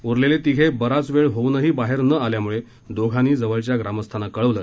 उरलेले तिघे बराच वेळ होऊनही बाहेर न आल्यामुळे दोघांनी जवळच्या ग्रामस्थांना कळवलं